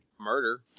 Murder